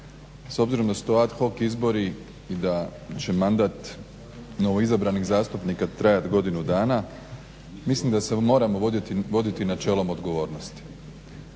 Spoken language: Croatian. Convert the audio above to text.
s obzirom da su to ad hoc izbori i da će mandat novoizabranih zastupnika trajati godinu dana, mislim da se moramo voditi načelom odgovornosti.